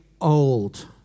old